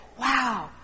wow